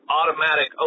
automatic